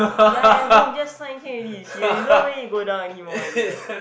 ya at home just sign can already serious you don't even need go down anymore already eh